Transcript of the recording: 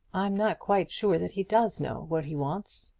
i'm not quite sure that he does know what he wants.